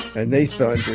and they thundered.